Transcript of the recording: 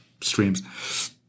streams